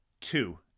two